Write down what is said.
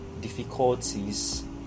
difficulties